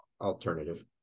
alternative